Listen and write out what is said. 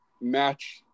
match